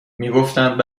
میگفتند